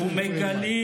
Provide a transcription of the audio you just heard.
הוא כבר מת.